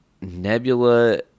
Nebula